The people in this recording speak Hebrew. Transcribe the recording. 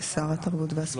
שר התרבות והספורט.